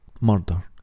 Murder